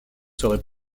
serait